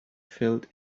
felt